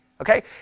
Okay